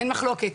אין מחלוקת,